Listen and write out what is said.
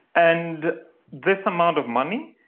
and this amount of money,